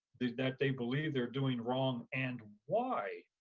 that they believe they're doing wrong and why.